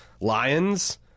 lions